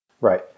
Right